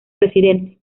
presidente